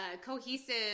cohesive